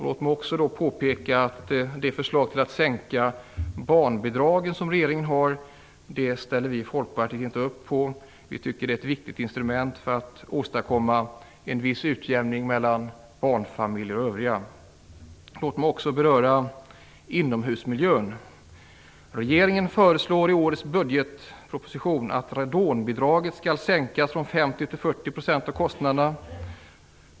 Låt mig också påpeka att det förslag att minska barnbidragen som regeringen har ställer vi i Folkpartiet inte upp på. Vi tycker att det är ett viktigt instrument för att åstadkomma en viss utjämning mellan barnfamiljer och övriga. Jag skall också beröra inomhusmiljön. Regeringen föreslår i årets budgetproposition att radonbidraget skall minskas från 50 % till 40 % av kostnaderna.